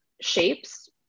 shapes